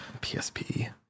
PSP